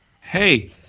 Hey